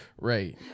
Right